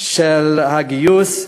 של הגיוס,